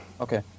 Okay